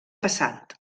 passat